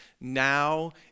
now